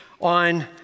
on